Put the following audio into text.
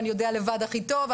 אני יודע לבד הכי טוב,